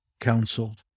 counseled